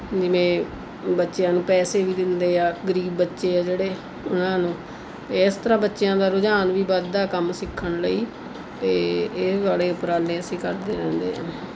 ਜਿਵੇਂ ਬੱਚਿਆਂ ਨੂੰ ਪੈਸੇ ਵੀ ਦਿੰਦੇ ਹਾਂ ਗਰੀਬ ਬੱਚੇ ਹੈ ਜਿਹੜੇ ਉਹਨਾਂ ਨੂੰ ਇਸ ਤਰ੍ਹਾਂ ਬੱਚਿਆਂ ਦਾ ਰੁਝਾਨ ਵੀ ਵੱਧਦਾ ਕੰਮ ਸਿੱਖਣ ਲਈ ਅਤੇ ਇਹ ਵਾਲੇ ਉਪਰਾਲੇ ਅਸੀਂ ਕਰਦੇ ਰਹਿੰਦੇ ਹਾਂ